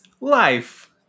life